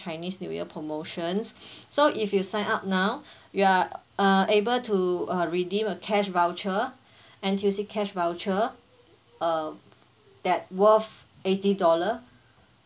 chinese new year promotions so if you sign up now you are uh able to uh redeem a cash voucher N_T_U_c cash voucher uh that worth eighty dollar